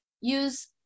use